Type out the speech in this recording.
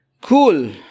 Cool